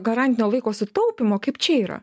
garantinio laiko sutaupymo kaip čia yra